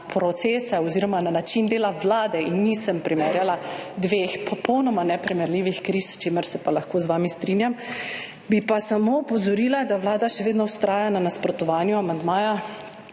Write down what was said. procese oziroma na način dela Vlade in nisem primerjala dveh popolnoma neprimerljivih kriz, s čimer se pa lahko z vami strinjam. Bi pa samo opozorila, da Vlada še vedno vztraja na nasprotovanju amandmaja